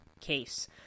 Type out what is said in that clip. case